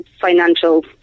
financial